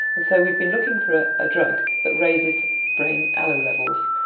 and so we've been looking for a drug that raises brain allo levels,